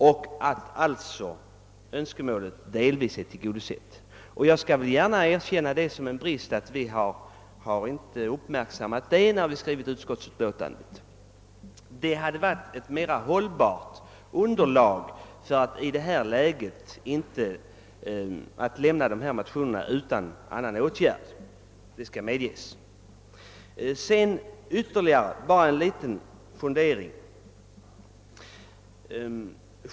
Det innebär att motionens önskemål redan delvis är tillgodosett. Jag skall gärna erkänna det som en brist att vi inte har uppmärksammat det, när vi skrivit beredningsutskottets utlåtande över dessa motioner. Om vi gjort det, hade det inneburit ett mera hållbart underlag för yrkandet att lämna ifrågavarande motioner utan åtgärd. Vidare vill jag bara framföra en liten fundering.